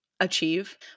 achieve